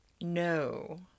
No